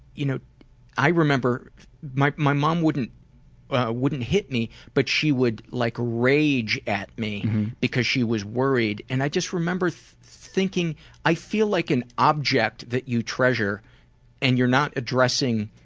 you know i remember my my mom wouldn't ah wouldn't hit me but she would like rage at me because she was worried and i just remember thinking i feel like an object that you treasure and you're not addressing